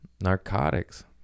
narcotics